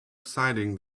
exciting